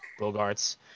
Bogarts